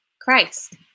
Christ